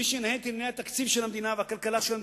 מי מנהל את המדינה הזאת?